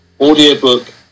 audiobook